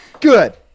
Good